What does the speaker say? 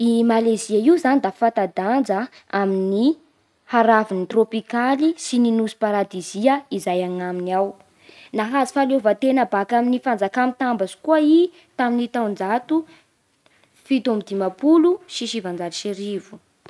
I Malezia io zany da fanta-danja amin'ny haravon'ny trôpikaly sy ny nosy paradezia izay agnaminy ao. Nahazo fahaleovan-tena baka amin'ny fanjakà mitambatsy koa i tamin'ny taonjato fito amby dimampolo sy sivanjato sy arivo.